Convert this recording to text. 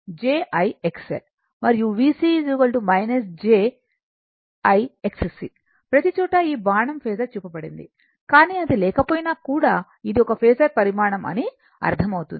మరియు VC j I Xc ప్రతిచోటా ఈ బాణం ఫేసర్ చూపబడింది కానీ అది లేకపోయినా కూడా ఇది ఒక పేసర్ పరిమాణం అని అర్థమవుతుంది